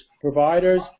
providers